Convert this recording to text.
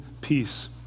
peace